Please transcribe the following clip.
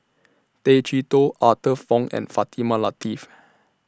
Tay Chee Toh Arthur Fong and Fatimah Lateef